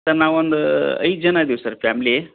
sir ನಾವು ಒಂದು ಐದು ಜನ ಇದೀವ್ ಸರ್ ಫ್ಯಾಮ್ಲಿ